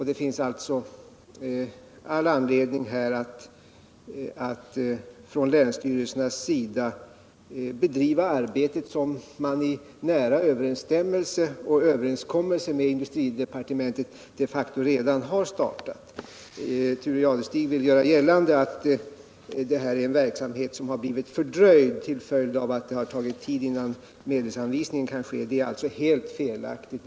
Det finns alltså all anledning att från länsstyrelsernas sida fortsätta att bedriva det arbete som man de facto redan har startat i nära samarbete med industridepartementet. Thure Jadestig vill göra gällande att denna verksamhet har blivit fördröjd till följd av att det tagit tid innan medelsanvisning kunnat ske, men det är helt felaktigt.